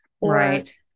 right